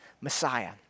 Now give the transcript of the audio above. Messiah